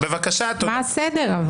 מה הסדר?